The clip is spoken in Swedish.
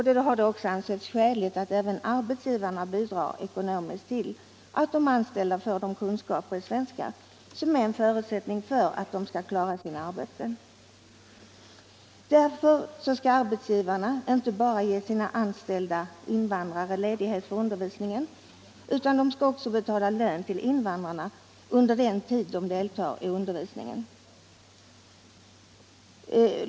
Det har då ansetts skäligt att även arbetsgivarna bidrar ekonomiskt till att de anställda får de kunskaper i svenska som är en förutsättning för att de skall kunna klara sina arbeten. Därför skall arbetsgivarna inte bara ge sina anställda invandrare ledighet för undervisningen, utan de skall också betala lön till invandrarna under den tid de deltar i undervisningen.